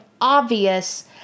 obvious